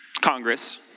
Congress